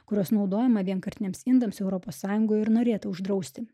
kurios naudojimą vienkartiniams indams europos sąjungoje ir norėta uždrausti